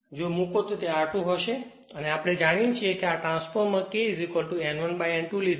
જો મૂકો તો તે R2 હશે અને આપણે જાણીએ છીએ કે આ ટ્રાન્સફોર્મર K N1 N2 લીધી છે